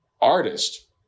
artist